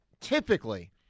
typically